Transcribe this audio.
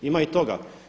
Ima i toga.